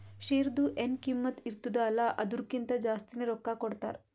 ಶೇರ್ದು ಎನ್ ಕಿಮ್ಮತ್ ಇರ್ತುದ ಅಲ್ಲಾ ಅದುರ್ಕಿಂತಾ ಜಾಸ್ತಿನೆ ರೊಕ್ಕಾ ಕೊಡ್ತಾರ್